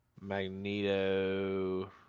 Magneto